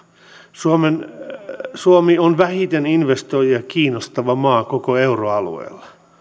suomi on vähiten investoijia kiinnostava maa koko euroalueella nämä ovat